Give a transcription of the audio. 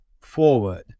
Forward